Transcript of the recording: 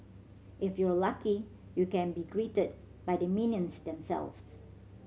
if you're lucky you can be greeted by the minions themselves